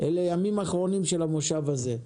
אלה ימים אחרונים של המושב הזה.